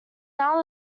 now